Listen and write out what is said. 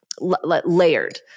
layered